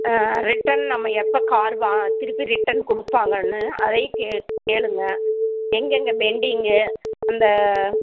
return நம்ம எப்போ car வ திருப்பி ரிட்டர்ன் கொடுப்பாங்கனு அதையும் கே கேளுங்கள் எங்கெங்கே பென்டிங்கு அந்த